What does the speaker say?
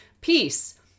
peace